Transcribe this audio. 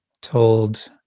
told